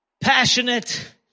Passionate